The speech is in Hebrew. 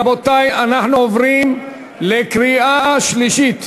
רבותי, אנחנו עוברים לקריאה שלישית.